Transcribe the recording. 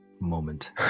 moment